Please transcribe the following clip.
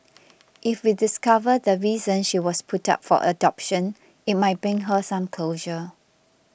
if we discover the reason she was put up for adoption it might bring her some closure